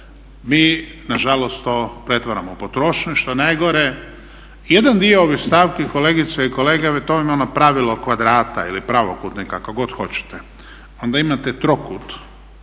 mi nažalost to pretvaramo u potrošnju. Što je najgore, jedan dio ovih stavki kolegice i kolege to vam je ono pravilo kvadrata ili pravokutnika, kako god hoćete. Onda imate trokut